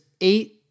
eight